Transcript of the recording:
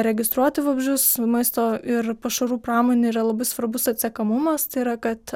registruoti vabzdžius maisto ir pašarų pramonėj yra labai svarbus atsekamumas tai yra kad